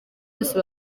bose